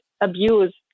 abuse